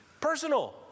personal